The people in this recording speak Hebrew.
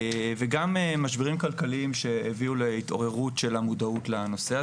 וגם משברים כלכליים שהביאו להתעוררות של המודעות לנושא,